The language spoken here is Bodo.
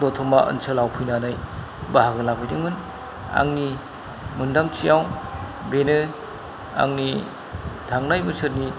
दतमा ओनसोलाव फैनानै बाहागो लाफैदोंमोन आंनि मोन्दांथियाव बेनो आंनि थांनाय बोसोरनि